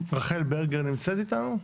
רחל ברגר נמצאת איתנו?